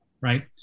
right